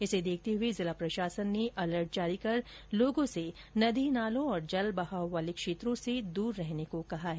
इसे देखते हुए जिला प्रशासन ने अलर्ट जारी कर लोगों से नदी नालों और जल बहाव वाले क्षेत्र से दूर रहने को कहा है